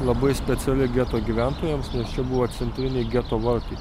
labai speciali geto gyventojams nes čia buvo centriniai geto vartai